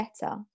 better